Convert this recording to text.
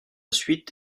suite